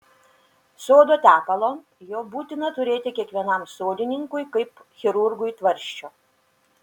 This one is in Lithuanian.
sodo tepalo jo būtina turėti kiekvienam sodininkui kaip chirurgui tvarsčio